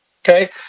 Okay